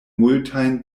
multajn